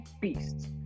beasts